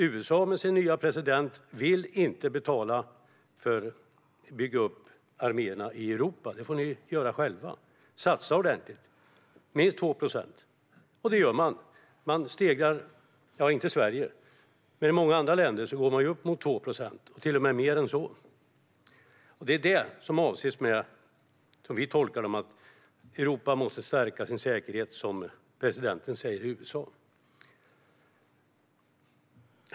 USA med sin nya president vill inte betala för att bygga upp arméerna i Europa. Han säger: Det får ni göra själva. Satsa ordentligt - minst 2 procent! Och det gör man. Det gäller inte Sverige, men i många andra länder går man upp mot 2 procent och till och med mer än så. Det är, som vi tolkar det, detta som avses med att Europa måste stärka sin säkerhet, som presidenten i USA säger.